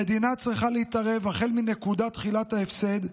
המדינה צריכה להתערב החל מנקודת תחילת ההפסד,